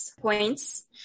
points